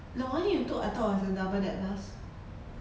the one you took I thought was a double deck bus